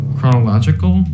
Chronological